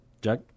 Jack